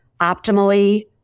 optimally